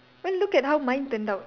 well look at how mine turned out